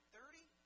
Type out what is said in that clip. Thirty